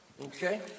Okay